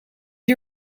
you